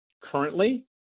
currently